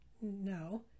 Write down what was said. No